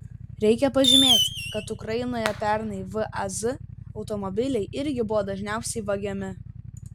reikia pažymėti kad ukrainoje pernai vaz automobiliai irgi buvo dažniausiai vagiami